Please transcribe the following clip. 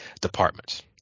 departments